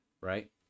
Right